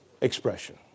expression